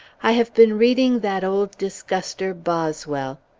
i have been reading that old disguster, boswell.